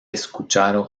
escuchado